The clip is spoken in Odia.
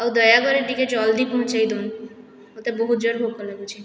ଆଉ ଦୟାକରି ଟିକେ ଜଲ୍ଦି ପହଞ୍ଚାଇ ଦଉନ ମୋତେ ବହୁତ ଜୋର ଭୋକ ଲାଗୁଛେ